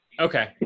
Okay